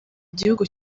igihugu